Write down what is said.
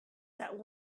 that